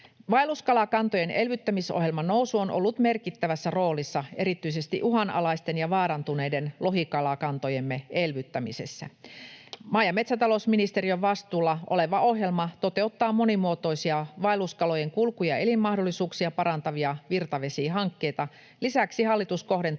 Vaelluskalakantojen elvyttämisohjelman nousu on ollut merkittävässä roolissa erityisesti uhanalaisten ja vaarantuneiden lohikalakantojemme elvyttämisessä. Maa- ja metsätalousministeriön vastuulla oleva ohjelma toteuttaa monimuotoisia vaelluskalojen kulku- ja elinmahdollisuuksia parantavia virtavesihankkeita. Lisäksi hallitus kohdentaa